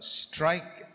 strike